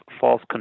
false